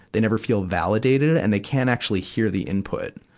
they never feel validated, and they can't actually hear the input.